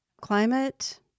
Climate